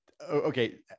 Okay